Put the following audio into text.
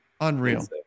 Unreal